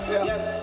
Yes